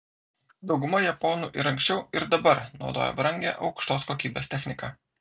dauguma japonų ir anksčiau ir dabar naudoja brangią aukštos kokybės techniką